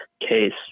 case